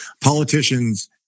politicians